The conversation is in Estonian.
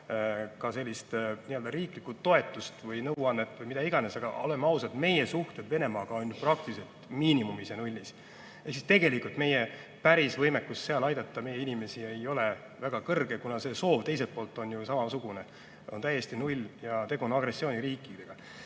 anda sellist riiklikku toetust või nõuannet või mida iganes. Aga oleme ausad, meie suhted Venemaaga on praktiliselt miinimumis, nullis. Tegelikult meie võimekus seal meie inimesi aidata ei ole väga kõrge, kuna see soov teiselt poolt on ju samasugune, täiesti null. Ja tegu on agressiooniriigiga.